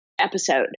episode